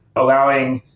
allowing,